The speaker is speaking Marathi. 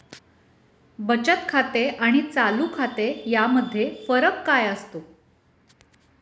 बचत खाते आणि चालू खाते यामध्ये फरक काय असतो?